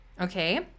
okay